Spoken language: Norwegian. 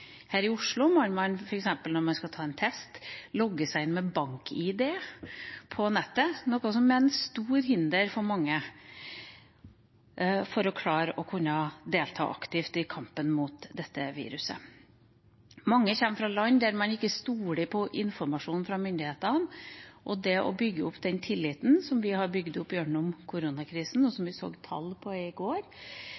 Her i Oslo må man f.eks. når man skal ta en test, logge seg inn med bank-ID på nettet, noe som er et stort hinder for mange for å klare å delta aktivt i kampen mot dette viruset. Mange kommer fra land der man ikke stoler på informasjonen fra myndighetene, og det å bygge opp den tilliten som vi har bygd opp gjennom koronakrisa – og vi så i dag tall på tillit til dem som